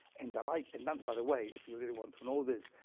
and the light and dante by the way, if you really want to know this,